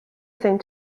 seemed